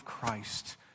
Christ